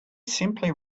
simply